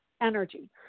energy